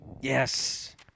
Yes